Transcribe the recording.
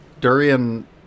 durian